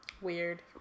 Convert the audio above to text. Weird